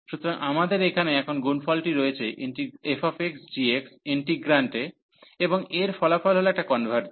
সুতরাং আমাদের এখানে এখন গুণফলটি রয়েছে fxgx ইন্টিগ্রান্টে এবং এর ফলাফল হল এটা কনভার্জ